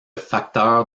facteur